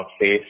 face